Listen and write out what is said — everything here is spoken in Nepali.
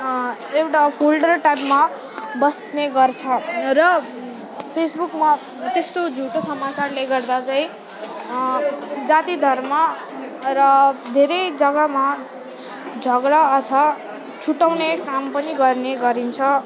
एउटा फोल्डर टाइपमा बस्ने गर्छ र फेसबुकमा त्यस्तो झुटो समाचारले गर्दा चाहिँ जाति धर्म र धेरै जग्गामा झगडा अथवा छुट्याउने काम पनि गर्ने गरिन्छ